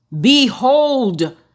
behold